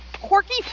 quirky